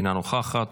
אינה נוכחת.